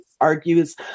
argues